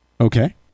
okay